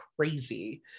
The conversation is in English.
crazy